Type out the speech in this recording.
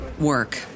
work